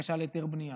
בקשה להיתר בנייה,